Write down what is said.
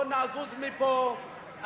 לא נזוז מפה.